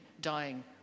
dying